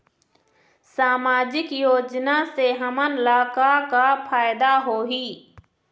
सामाजिक योजना से हमन ला का का फायदा होही?